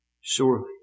Surely